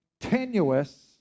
tenuous